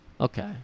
Okay